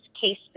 case